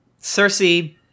cersei